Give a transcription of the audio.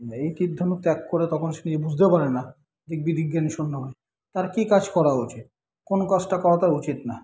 এই তির ধনুক ত্যাগ করে তখন সে নিজে বুঝতেও পারে না দিগ্বিদিক জ্ঞান শূন্য হয় তার কী কাজ করা উচিত কোন কাজটা করা তার উচিত না